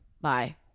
bye